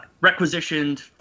requisitioned